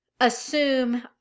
assume